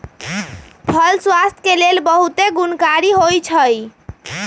फल स्वास्थ्य के लेल बहुते गुणकारी होइ छइ